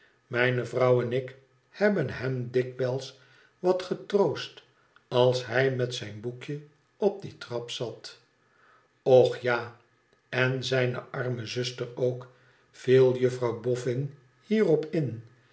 mijne vrouw en ik hebben hem dikwijls wat getroost als hij met zijn boekje op die trap zat och ja en zijne arme zuster ook viel jufifrouw boffin hierop in